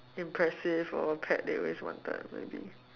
impressive or pet they always wanted maybe